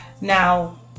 Now